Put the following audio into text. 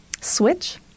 Switch